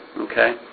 Okay